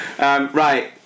Right